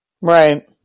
right